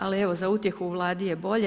Ali evo, za utjehu, u Vladi je bolje.